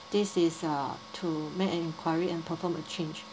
this is uh to make an enquiry and perform a change